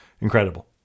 Incredible